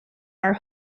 are